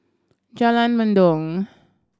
Jalan Mendong